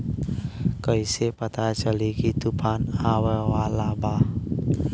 कइसे पता चली की तूफान आवा वाला बा?